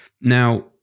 now